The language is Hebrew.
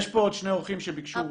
יש פה עוד שני אורחים שביקשו רשות דיבור.